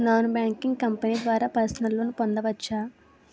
Non banking company ద్వారా personal loan పొందవచ్చా?